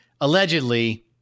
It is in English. allegedly